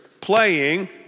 playing